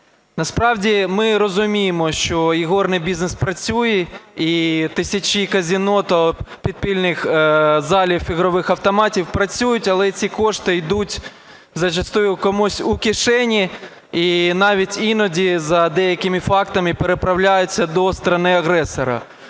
Насправді ми розуміємо, що ігорний бізнес працює і тисячі казино та підпільних залів ігрових автоматів працюють. Але ці кошти йдуть зачастую комусь у кишені, і навіть іноді за деякими фактами переправляються до країни-агресора.